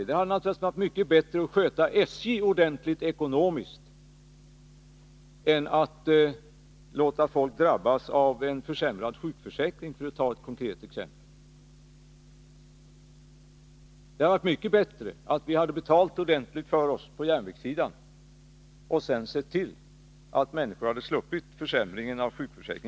Det hade varit bättre att sköta SJ ordentligt ekonomiskt än att låta folk drabbas av en försämrad sjukförsäkring, för att ta ett konkret exempel. Det hade varit mycket bättre om vi hade betalat ordentligt för oss på järnvägssidan och sett till att människor hade sluppit försämringen av sjukförsäkringen.